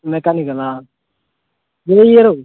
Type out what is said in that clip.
మెకానికలా ఏ ఇయరు